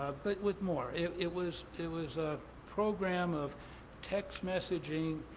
but with more. it it was it was a program of text messaging,